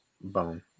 bone